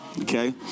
Okay